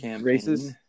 races